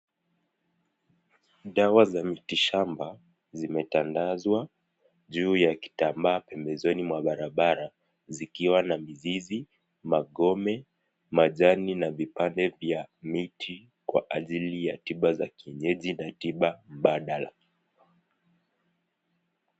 Dawa za miti shamba zimetandazwa, juu ya kitamba pembezoni mwa barabara zikiwa na mzizi, magome, majani na vipande vya miti kwa ajili ya tiba za kienyeji na tiba mbadala.